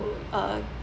uh